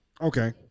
Okay